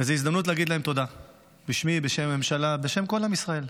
זאת הזדמנות להגיד להם תודה בשמי ובשם הממשלה ובשם כל עם ישראל.